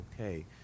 okay